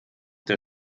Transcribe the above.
der